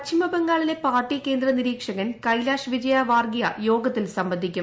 പശ്ചിമ ബംഗാളിലെ പാർട്ടി കേന്ദ്ര നിരീക്ഷകൻ കൈലാഷ് വിജയ വാർഗിയ യോഗത്തിൽ സംബന്ധിക്കും